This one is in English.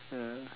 yeah